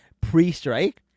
pre-strike